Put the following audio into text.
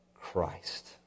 Christ